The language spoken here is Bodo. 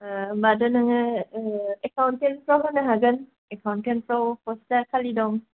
होनबाथ' नोङो एकावनथेनफ्राव होनो हागोन एकावनथेनफ्राव फसआ खालि दं